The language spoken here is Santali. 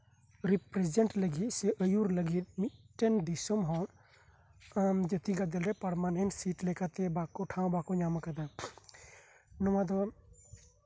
ᱨᱤᱯᱨᱮᱡᱮᱱᱴ ᱞᱟᱜᱤᱫ ᱥᱮ ᱟᱭᱩᱨ ᱞᱟᱜᱚᱫ ᱫᱤᱥᱚᱢ ᱦᱚᱲ ᱡᱟᱛᱤ ᱜᱟᱮᱞ ᱨᱮ ᱯᱟᱨᱢᱟᱱᱮᱱᱴ ᱥᱤᱴ ᱞᱮᱠᱟᱛᱮ ᱴᱷᱟᱶ ᱵᱟᱠᱚ ᱧᱟᱢᱟᱠᱟᱫᱟ ᱱᱚᱶᱟ ᱫᱚ